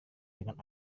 dengan